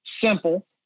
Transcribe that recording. simple